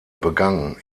begann